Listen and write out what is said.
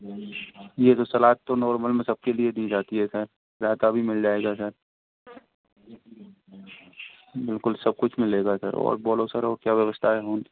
ये तो सलाद तो नॉर्मल में सबके लिए दी जाती है सर रायता भी मिल जाएगा सर बिल्कुल सब कुछ मिलेगा सर और बोलो और क्या व्यवस्था है